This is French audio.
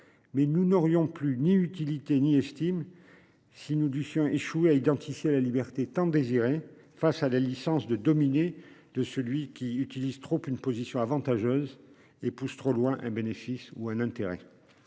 mais nous n'aurions plus ni utilité ni estime. Si nous dussions échoué à identifier la liberté tant désiré. Face à la licence de dominer de celui qui utilise trop une position avantageuse et pousse trop loin un bénéfice ou un intérêt.